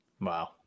Wow